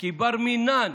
כי בר-מינן,